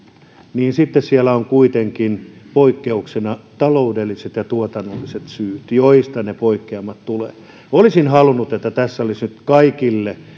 niin sitten siellä ovat kuitenkin perusteena taloudelliset ja tuotannolliset syyt joista ne poikkeamat tulevat olisin halunnut että tässä olisi nyt ollut niin että kaikille